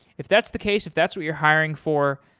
if that's the case, if that's what you're hiring for,